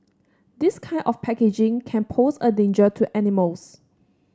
this kind of packaging can pose a danger to animals